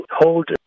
hold